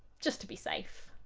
just to be safe.